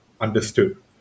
understood